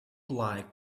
like